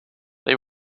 they